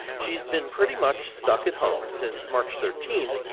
she's been pretty much stuck at home since march thirteen,